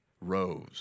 rose